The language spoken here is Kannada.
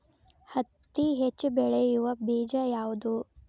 ಹತ್ತಿ ಹೆಚ್ಚ ಬೆಳೆಯುವ ಬೇಜ ಯಾವುದು?